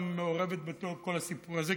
גם היא מעורבת בתוך כל הסיפור הזה,